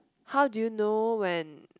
how do you know when